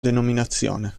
denominazione